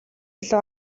илүү